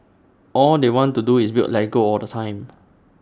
all they want to do is build Lego all the time